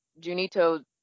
Junito